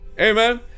Amen